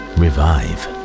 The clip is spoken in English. revive